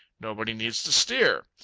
nobody needs to steer.